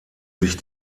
sich